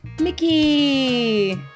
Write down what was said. Mickey